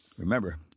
Remember